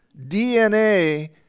DNA